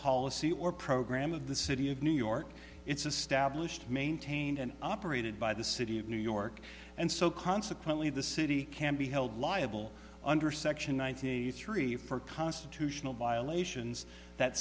policy or program of the city of new york it's established maintained and operated by the city of new york and so consequently the city can be held liable under section one hundred eighty three for constitutional violations that